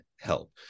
help